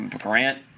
grant